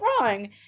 wrong